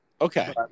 Okay